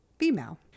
female